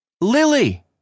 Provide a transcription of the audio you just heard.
Lily